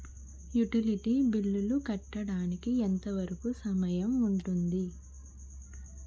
Utility bill కట్టడానికి ఎంత వరుకు సమయం ఉంటుంది?